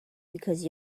because